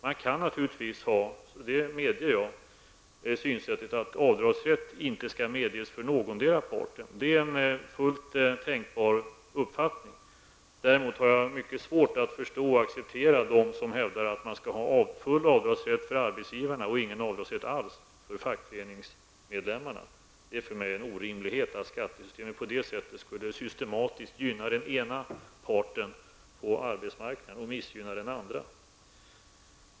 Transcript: Man kan naturligtvis, det medger jag, ha synsättet att avdragsrätt inte skall medges för någondera parten. Det är en fullt tänkbar uppfattning. Däremot har jag mycket svårt att förstå och acceptera dem som hävdar att det skall vara full avdragsrätt för arbetsgivarna och ingen avdragsrätt alls för fackföreningsmedlemmarna. Det är för mig en orimlighet att skattesystemet på det sättet skulle systematiskt gynna den ena parten på arbetsmarknaden och missgynna den andra.